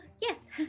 yes